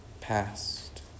past